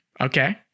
Okay